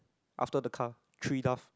after the car three doves